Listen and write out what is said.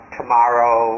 tomorrow